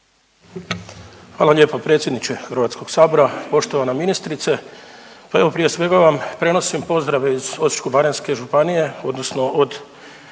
Hvala lijepa predsjedniče Hrvatskog sabora. Poštovana ministrice pa evo prije svega vam prenosim pozdrave iz Osječko-baranjske županije od sportske